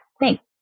Thanks